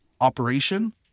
operation